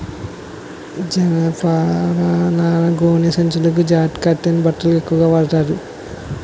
జనపనార గోనె సంచులకు జూట్ కాటన్ బట్టలకు ఎక్కువుగా వాడతారు